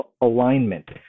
alignment